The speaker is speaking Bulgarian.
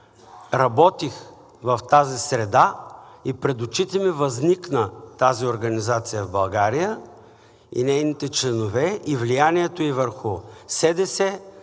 работих в тази среда и пред очите ми възникна тази организация в България и нейните членове и влиянието ѝ върху